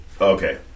Okay